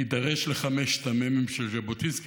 להידרש לחמשת המ"מים של ז'בוטינסקי.